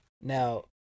Now